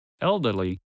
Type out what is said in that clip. elderly